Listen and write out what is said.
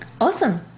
awesome